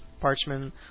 parchment